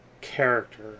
character